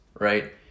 right